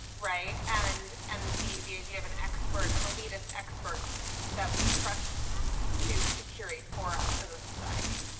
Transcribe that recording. right, and and the the idea of an expert, an elitist expert that we trust to to curate for us as a society.